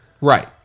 Right